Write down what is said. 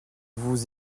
vous